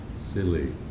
silly